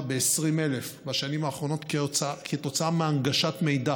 ב-20,000 בשנים האחרונות כתוצאה מהנגשת מידע,